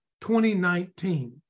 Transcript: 2019